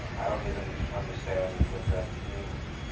i don't even understand what that means.